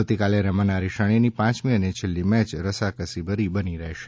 આવતીકાલે રમનારી શ્રેણીની પાંચમી અને છેલ્લી મેચ રમાકસીભરી બની રહેશે